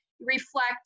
reflect